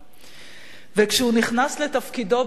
וכשהוא נכנס לתפקידו במשרד התיירות,